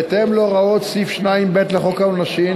בהתאם להוראות סעיף 2(ב) לחוק העונשין,